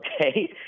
Okay